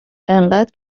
انقدر